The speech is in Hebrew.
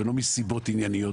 ולא מסיבות ענייניות,